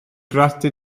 bwriadu